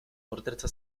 morderca